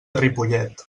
ripollet